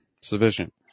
sufficient